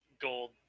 gold